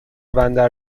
بندر